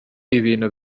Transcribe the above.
ibintu